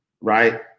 right